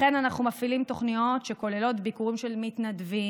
לכן אנחנו מפעילים תוכניות שכוללות ביקורים של מתנדבים,